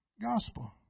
gospel